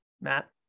matt